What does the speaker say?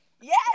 yes